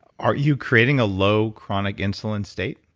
aren't you creating a low chronic insulin state?